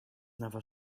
never